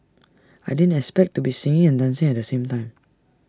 I didn't expect to be singing and dancing at the same time